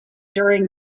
during